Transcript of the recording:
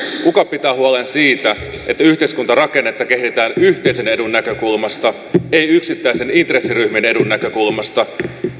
kuka pitää huolen siitä että yhteiskuntarakennetta kehitetään yhteisen edun näkökulmasta ei yksittäisen intressiryhmän edun näkökulmasta